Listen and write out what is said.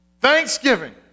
Thanksgiving